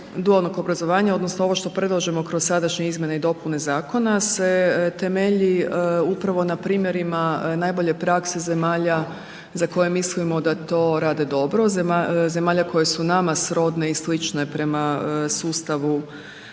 dualnog obrazovanja odnosno ovo što predlažemo kroz sadašnje izmjene i dopune zakona se temelji upravo na primjerima najbolje prakse zemalja za koje mislimo da to rade dobro, zemalja koje su nama srodne i slične prema sustavu